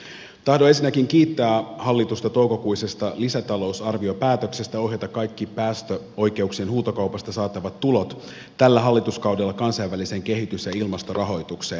tahdon ensinnäkin kiittää hallitusta toukokuisesta lisätalousarviopäätöksestä ohjata kaikki päästöoikeuksien huutokaupasta saatavat tulot tällä hallituskaudella kansainväliseen kehitys ja ilmastorahoitukseen